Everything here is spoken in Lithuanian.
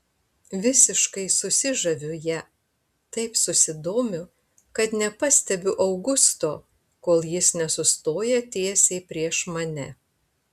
visiškai susižaviu ja taip susidomiu kad nepastebiu augusto kol jis nesustoja tiesiai prieš mane